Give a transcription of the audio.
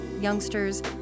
Youngsters